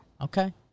Okay